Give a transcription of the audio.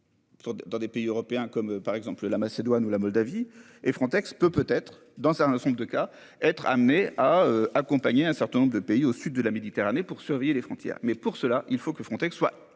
dans des pays européens comme par exemple la Macédoine ou la Moldavie et Frontex peut peut être dans certains sont de cas être amené à accompagner un certain nombre de pays, au sud de la Méditerranée pour surveiller les frontières. Mais pour cela il faut que Frontex soit